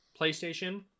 PlayStation